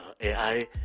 AI